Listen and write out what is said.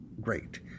great